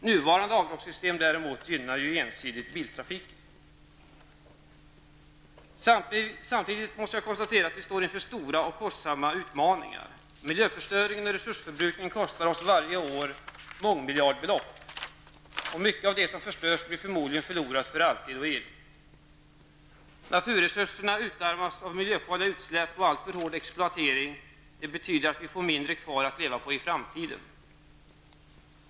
Nuvarande avdragssystem däremot gynnar ensidigt biltrafiken. Samtidigt måste jag konstatera att vi står inför stora och kostsamma utmaningar. Miljöförstöringen och resursförbrukningen kostar oss varje år mångmiljardbelopp. Mycket av det som förstörs blir förmodligen förlorat för alltid och evigt. Naturresurserna utarmas av miljöfarliga utsläpp och alltför hård exploatering. Det betyder att vi får mindre kvar att leva på i framtiden.